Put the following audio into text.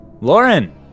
Lauren